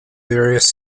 various